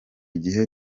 gihe